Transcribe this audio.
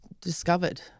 discovered